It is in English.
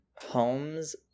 homes